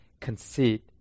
conceit